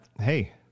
Hey